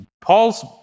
Paul's